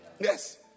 Yes